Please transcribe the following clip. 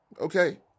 Okay